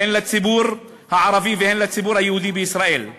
הן לציבור הערבי והן לציבור היהודי בישראל.